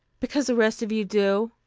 because the rest of you do,